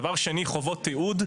דבר שני, חובות תיעוד: